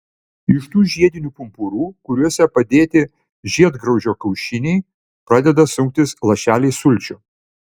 iš tų žiedinių pumpurų kuriuose padėti žiedgraužio kiaušiniai pradeda sunktis lašeliai sulčių